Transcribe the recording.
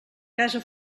casa